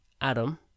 Adam